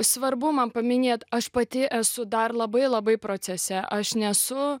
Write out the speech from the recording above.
svarbu man paminėti aš pati esu dar labai labai procese aš nesu